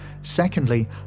Secondly